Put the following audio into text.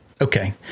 Okay